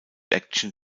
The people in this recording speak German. action